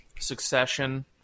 succession